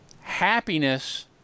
happiness